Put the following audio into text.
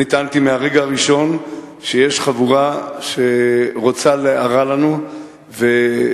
אני טענתי מהרגע הראשון שיש חבורה שרוצה להרע לנו ויוזמת